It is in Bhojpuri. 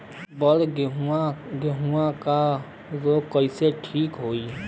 बड गेहूँवा गेहूँवा क रोग कईसे ठीक होई?